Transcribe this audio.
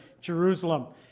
jerusalem